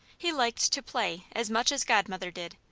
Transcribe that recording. he liked to play as much as godmother did,